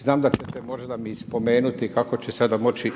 znam da ćete možda mi i spomenuti kako će sada moći